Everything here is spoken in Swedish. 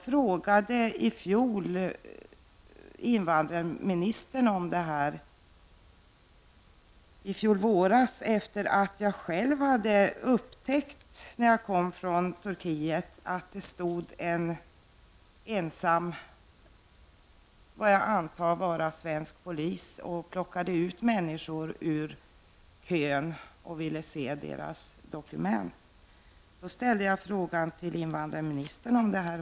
I fjol våras efter det att jag själv hade upptäckt när jag kom från Turkiet att det stod en ensam, som jag antar, svensk polis och plockade ut människor ur kön och ville se deras dokument, ställde jag en fråga till invandrarministern om detta.